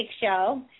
show